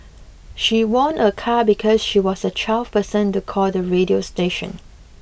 she won a car because she was the twelfth person to call the radio station